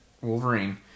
Wolverine